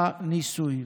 הניסוי.